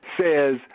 says